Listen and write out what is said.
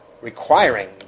requiring